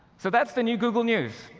so, that's the new google news.